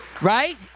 Right